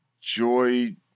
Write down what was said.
Joy